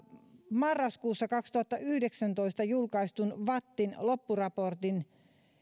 marraskuussa kaksituhattayhdeksäntoista julkaistun vattin loppuraportin